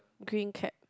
green cap